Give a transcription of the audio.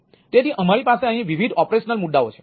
તેથી અમારી પાસે અહીં વિવિધ ઓપરેશનલ મુદ્દાઓ છે